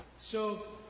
so,